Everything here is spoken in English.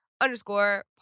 Underscore